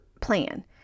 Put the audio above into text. plan